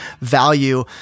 value